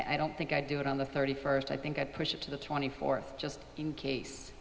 i don't think i do it on the thirty first i think i'd push it to the twenty fourth just in case